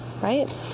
right